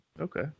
Okay